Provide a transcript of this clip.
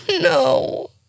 No